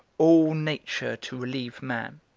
all nature to relieve man.